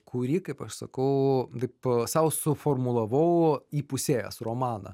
kurį kaip aš sakau taip sau suformulavau įpusėjęs romaną